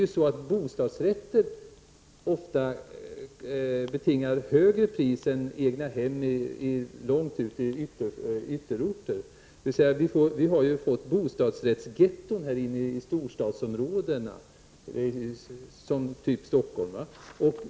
Bostadsrätter betingar ofta högre pris än egnahem långt ute i ytterområden. Vi har fått bostadsrättsgetton i storstadsområden, exempelvis i Stockholm.